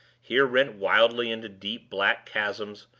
here rent wildly into deep black chasms,